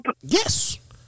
Yes